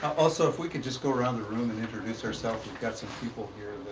also, if we could just go around the room and introduce ourselves, we've got some people here